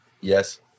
Yes